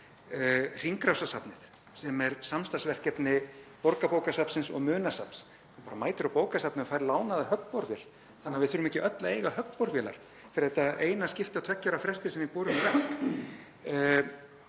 Hringrásarsafnið sem er samstarfsverkefni Borgarbókasafnsins og Munasafns. Þú mætir á bókasafnið og færð bara lánaða höggborvél þannig að við þurfum ekki öll að eiga höggborvélar fyrir þetta eina skipti á tveggja ára fresti sem við borum í vegg.